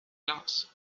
glas